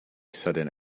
sudden